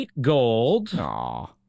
gold